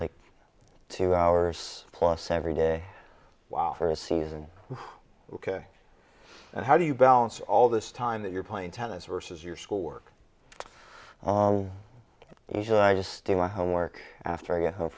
like two hours plus every day while for a season ok and how do you balance all this time that you're playing tennis versus your schoolwork usually i just do my homework after i get home